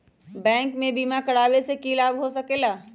Bank से बिमा करावे से की लाभ होई सकेला?